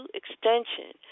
extension